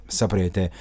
saprete